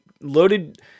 loaded